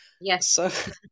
yes